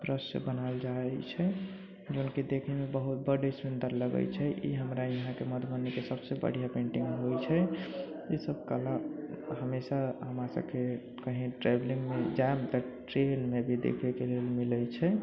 ब्रशसँ बनायल जाइ छै जोन की देखैमे बहुत बड सुन्दर लगै छै ई हमरा यहाँके मधुबनीके सबसँ बढ़िआँ पेंटिंग होइ छै ई सब कला हमेशा हमरा सबके कहीं ट्रैवलिंग मे जायब तऽ ट्रेनमे भी देखैके लेल मिलै छै